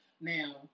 Now